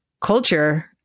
culture